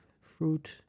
fruit